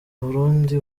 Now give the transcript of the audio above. burundi